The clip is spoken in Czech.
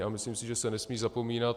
A myslím si, že se nesmí zapomínat.